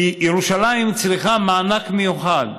כי ירושלים צריכה מענק מיוחד.